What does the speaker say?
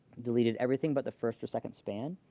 deleted everything but the first or second span,